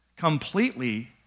completely